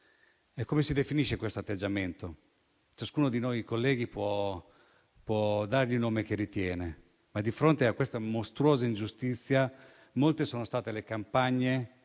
Come si definisce questo atteggiamento? Ciascuno di noi, colleghi, può dargli il nome che ritiene, ma di fronte a questa mostruosa ingiustizia molte sono state le campagne